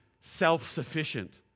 self-sufficient